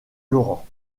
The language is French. laurent